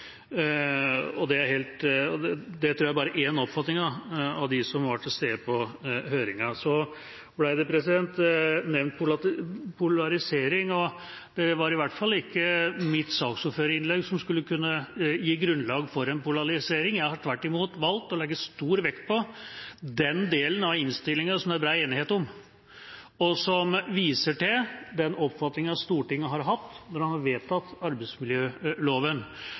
meg slå det helt fast. Og det tror jeg det bare er én oppfatning av blant dem som var til stede på høringa. Så ble det nevnt polarisering, og det var i hvert fall ikke mitt saksordførerinnlegg som skulle kunne gi grunnlag for en polarisering. Jeg har tvert imot valgt å legge stor vekt på den delen av innstillingen som det er bred enighet om, og som viser til den oppfatningen Stortinget har hatt når en har vedtatt arbeidsmiljøloven.